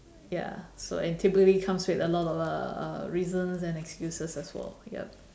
ya so and typically comes with a lot of uh uh reasons and excuses as well